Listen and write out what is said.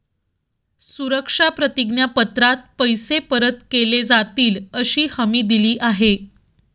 सुरक्षा प्रतिज्ञा पत्रात पैसे परत केले जातीलअशी हमी दिली आहे